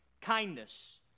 kindness